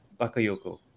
Bakayoko